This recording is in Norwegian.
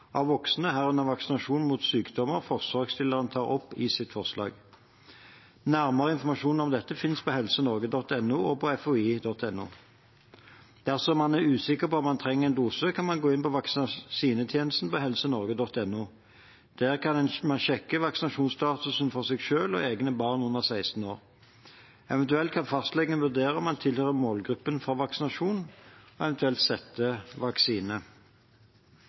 av voksne, herunder vaksinasjon mot sykdommene forslagsstillerne tar opp i sitt forslag. Nærmere informasjon om dette finnes på helsenorge.no og fhi.no. Dersom man er usikker på om man trenger en dose, kan man gå inn på vaksinetjenesten på helsenorge.no. Der kan man sjekke vaksinasjonsstatusen for seg selv og egne barn under 16 år. Eventuelt kan fastlegen vurdere om man tilhører målgruppen for vaksinasjon, og eventuelt sette vaksine.